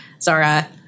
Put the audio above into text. Zara